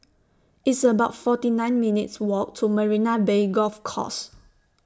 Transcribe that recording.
It's about forty nine minutes' Walk to Marina Bay Golf Course